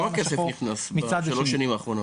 כמה כסף נכנס בשלוש השנים האחרונות?